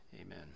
Amen